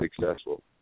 successful